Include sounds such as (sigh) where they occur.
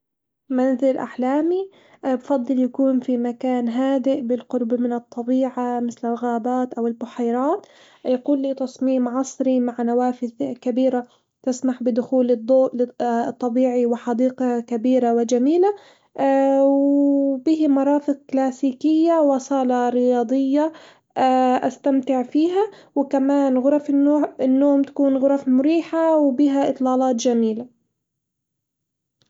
منزل أحلامي بفضل يكون في مكان هادئ بالقرب من الطبيعة مثل الغابات أو البحيرات، يكون ليه تصميم عصري مع نوافذ كبيرة تسمح بدخول الضوء ل- الطبيعي وحديقة كبيرة وجميلة (hesitation) وبه مرافق كلاسيكية وصالة رياضية (hesitation) أستمتع فيها، وكمان غرف الن-النوم تكون غرف مريحة وبها إطلالات جميلة.